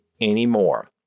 anymore